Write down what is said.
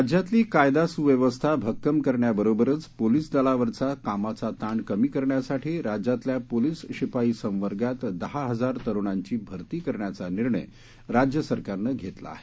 राज्यातली कायदा सुव्यवस्था भक्कम करण्याबरोबरच पोलिस दलावरचा कामाचा ताण कमी करण्यासाठी राज्यातल्या पोलिस शिपाई संवर्गात दहा हजार तरुणांची भर्ती करण्याचा निर्णय राज्य सरकारनं घेतला आहे